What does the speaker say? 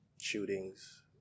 shootings